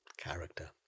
character